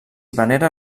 venera